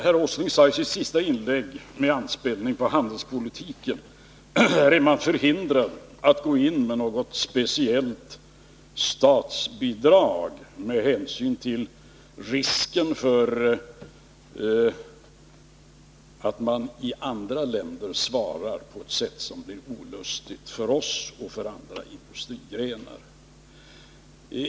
Herr Åsling sade i sitt inlägg, med anspelning på handelspolitiken: Här är vi förhindrade att gå in med något speciellt statsbidrag på grund av risken för att man i andra länder svarar på ett sätt som blir olustigt för oss när det gäller andra industrigrenar.